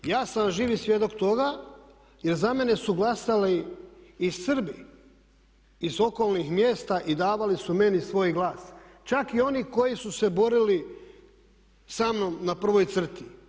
Ja sam živi svjedok toga jer za mene su glasali i Srbi iz okolnih mjesta i davali su meni svoj glas, čak i oni koji su se borili sa mnom na prvoj crti.